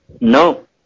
No